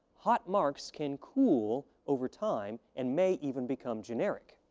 hot marks can cool over time and may even become generic.